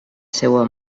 seua